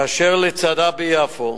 באשר לצעדה ביפו,